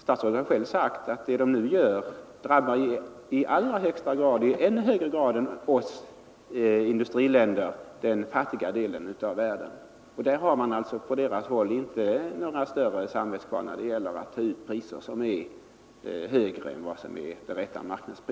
Statsrådet har själv sagt att det som de nu gör drabbar den fattiga delen av världen i ännu högre grad än oss industriländer. Man har inte haft några samvetskval över att ta ut priser som är högre än marknaden motiverar.